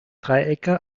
dreiecke